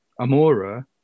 Amora